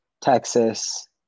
Texas